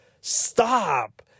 Stop